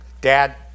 Dad